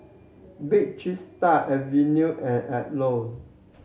Bake Cheese Tart Acuvue and Alcott